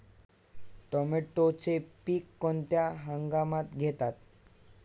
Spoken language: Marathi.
टोमॅटोचे पीक कोणत्या हंगामात घेतात?